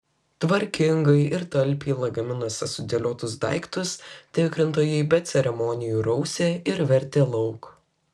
tvarkingai ir talpiai lagaminuose sudėliotus daiktus tikrintojai be ceremonijų rausė ir vertė lauk